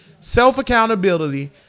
self-accountability